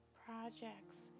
projects